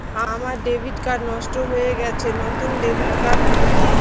আমার debit card নষ্ট হয়ে গেছে নূতন ডেবিট কার্ড হবে কি?